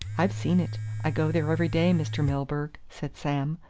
i've seen it i go there every day, mr. milburgh, said sam.